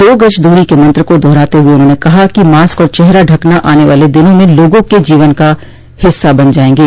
दो गज दूरी के मंत्र को दोहराते हुए उन्होंने कहा कि मास्क और चेहरा ढकना आने वाले दिना में लोगों के जीवन का हिस्सा बन जाएंगे